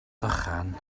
vychan